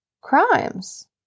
crimes